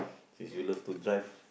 since you love to drive